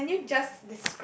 oh ya can you just